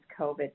COVID